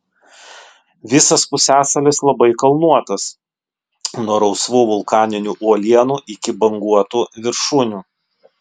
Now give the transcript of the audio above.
visas pusiasalis labai kalnuotas nuo rausvų vulkaninių uolienų iki banguotų viršūnių